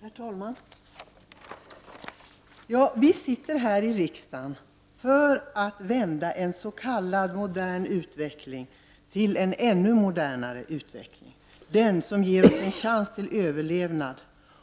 Herr talman! Vi sitter här i riksdagen för att vända en s.k. modern utveckling till en ännu modernare utveckling, som ger oss en chans till överlevnad